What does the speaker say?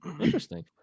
interesting